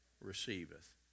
receiveth